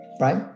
right